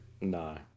no